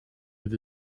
with